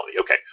Okay